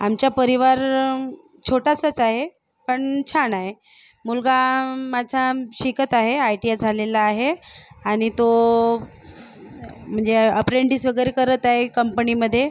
आमचा परिवार छोटासाच आहे पण छान आहे मुलगा माझा शिकत आहे आय टी आय झालेला आहे आणि तो म्हणजे अप्रेंटिस वगैरे करत आहे कंपनीमध्ये